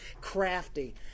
crafty